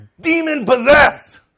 demon-possessed